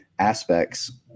aspects